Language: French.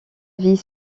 vit